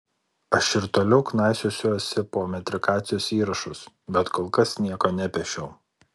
aš ir toliau knaisiosiuosi po metrikacijos įrašus bet kol kas nieko nepešiau